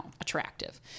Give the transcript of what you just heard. attractive